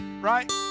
right